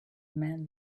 man